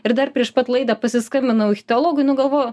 ir dar prieš pat laidą pasiskambinau ichteologui nu galvoju